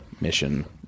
mission